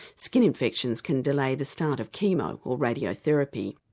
skin infections can delay the start of chemo or radiotherapy.